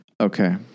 Okay